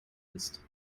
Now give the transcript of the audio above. ist